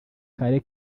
kale